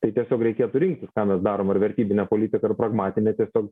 tai tiesiog reikėtų rinktis ką mes darom ar vertybinę politiką ar pragmatinę tiesiog